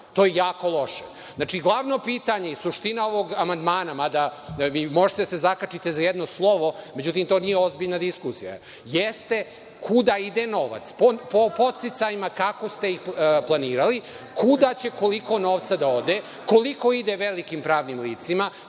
To je jako loše. Znači, glavno pitanje i suština ovog amandmana, mada vi možete da se zakačite za jedno slovo, međutim to nije ozbiljna diskusija, jeste kuda ide novac, po podsticajima, kako ste ih planirali kuda će koliko novca da ode, koliko ide velikim pravnim licima,